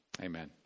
Amen